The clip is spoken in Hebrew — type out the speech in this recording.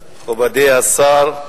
מכובדי השר,